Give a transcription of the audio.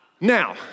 Now